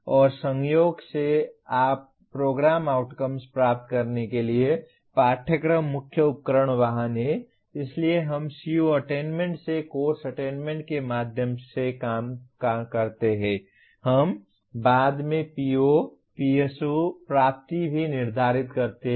और संयोग से आप प्रोग्राम आउटकम्स प्राप्त करने के लिए पाठ्यक्रम मुख्य उपकरण वाहन हैं इसलिए हम CO अटेन्मेन्ट से कोर्स अटेन्मेन्ट के माध्यम से काम करते हैं हम बाद में PO PSO प्राप्ति भी निर्धारित करते हैं